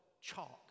chalk